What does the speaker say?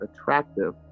attractive